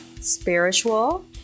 spiritual